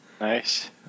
Nice